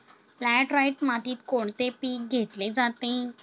Laterite मातीत कोणते पीक घेतले जाते?